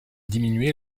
diminuée